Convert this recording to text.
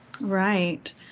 Right